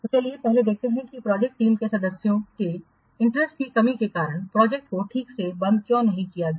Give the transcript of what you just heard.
तो चलिए पहले देखते हैं कि प्रोजेक्ट टीम के सदस्यों के इंटरेस्ट की कमी के कारण प्रोजेक्ट को ठीक से बंद क्यों नहीं किया गया